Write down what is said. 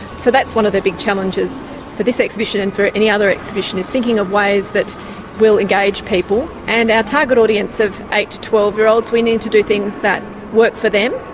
so that's one of the big challenges for this exhibition and for any other exhibition, is thinking of ways that will engage people. and our target audience of eight to twelve year olds, we need to do things that work for them.